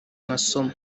masomo